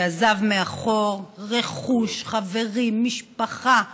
שעזב מאחור רכוש, חברים, משפחה,